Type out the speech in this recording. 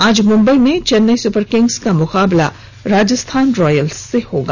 आज मुंबई में Chennai Super Kings का मुकाबला राजस्थान रॉयल्स से होगा